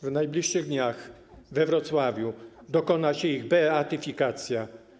W najbliższych dniach we Wrocławiu dokona się ich beatyfikacja.